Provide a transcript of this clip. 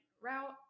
route